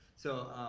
so,